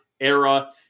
era